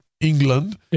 England